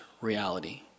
reality